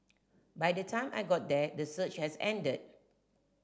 by the time I got there the surge had ended